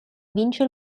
vince